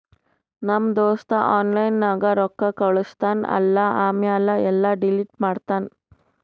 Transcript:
ನಮ್ ದೋಸ್ತ ಆನ್ಲೈನ್ ನಾಗ್ ರೊಕ್ಕಾ ಕಳುಸ್ತಾನ್ ಅಲ್ಲಾ ಆಮ್ಯಾಲ ಎಲ್ಲಾ ಡಿಲೀಟ್ ಮಾಡ್ತಾನ್